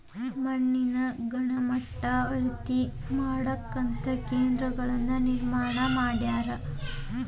ಮಣ್ಣಿನ ಗಣಮಟ್ಟಾ ಅಳತಿ ಮಾಡಾಕಂತ ಕೇಂದ್ರಗಳನ್ನ ನಿರ್ಮಾಣ ಮಾಡ್ಯಾರ, ಸಾಯಿಲ್ ಕಾರ್ಡ ಅನ್ನು ಯೊಜನೆನು ಐತಿ